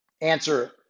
answer